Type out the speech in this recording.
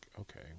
okay